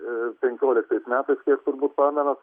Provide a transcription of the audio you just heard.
penkioliktais metais kiek tubūt pamenat